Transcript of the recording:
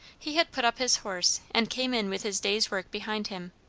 he had put up his horse, and came in with his day's work behind him.